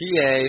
PA